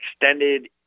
extended